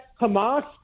Hamas